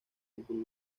football